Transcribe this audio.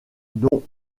dont